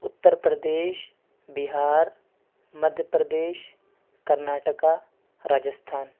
Uttar Pradesh Bihar Madhya Pradesh Karnataka Rajasthan